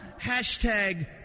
Hashtag